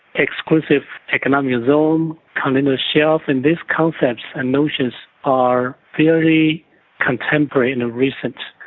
exclusive economic zones, um continental shelves and these concepts and notions are fairly contemporary and recent.